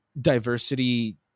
diversity